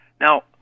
Now